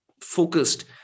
focused